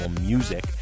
music